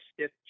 stiff